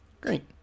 Great